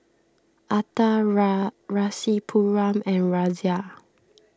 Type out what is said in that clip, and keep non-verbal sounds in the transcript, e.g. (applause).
Atal (unintelligible) Rasipuram and Razia